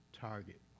target